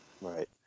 right